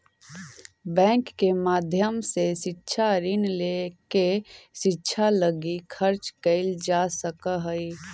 bank के माध्यम से शिक्षा ऋण लेके शिक्षा लगी खर्च कैल जा सकऽ हई